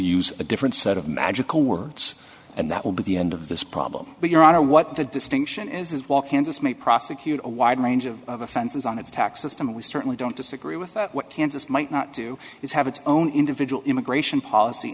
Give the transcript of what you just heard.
use a different set of magical words and that will be the end of this problem but your honor what the distinction is is walkmans us may prosecute a wide range of offenses on its tax system and we certainly don't disagree with that what kansas might not do is have its own individual immigration policy